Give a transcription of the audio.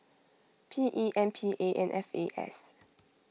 P E M P A and F A S